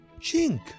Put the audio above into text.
Chink